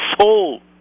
soul